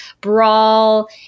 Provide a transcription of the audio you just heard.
brawl